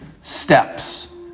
steps